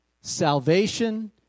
salvation